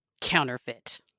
counterfeit